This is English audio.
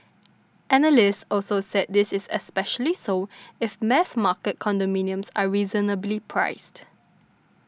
analysts also said this is especially so if mass market condominiums are reasonably priced